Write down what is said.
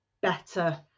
better